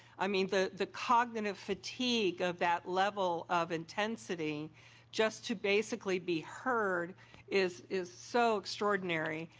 i mean the the cognitive fatigue of that level of intensity just to basically be heard is is so extraordinary.